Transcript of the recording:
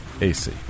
AC